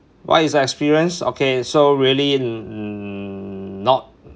what is the experience okay so really hmm mm not